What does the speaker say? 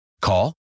Call